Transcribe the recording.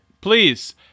please